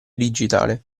digitale